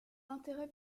intérêt